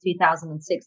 2006